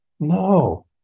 No